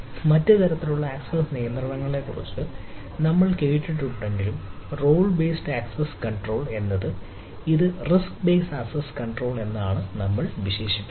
മറ്റ് തരത്തിലുള്ള ആക്സസ് നിയന്ത്രണത്തെക്കുറിച്ച് നമ്മൾ കേട്ടിട്ടുണ്ടെങ്കിലും റോൾ ബേസ്ഡ് ആക്സസ് കണ്ട്രോൾ എന്നാണ് നമ്മൾ വിശേഷിപ്പിക്കുന്നത്